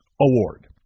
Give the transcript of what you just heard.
Award